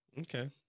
Okay